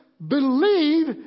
Believe